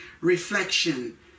Reflection